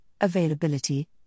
availability